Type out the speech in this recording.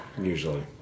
usually